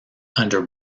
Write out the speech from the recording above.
under